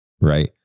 right